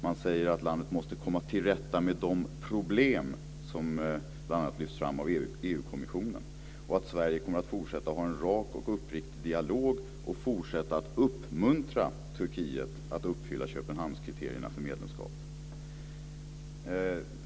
Man säger att landet måste komma till rätta med de problem som bl.a. lyfts fram av EU kommissionen. Man säger att Sverige kommer att fortsätta ha en rak och uppriktig dialog och fortsätta uppmuntra Turkiet att uppfylla Köpenhamnskriterierna för medlemskap.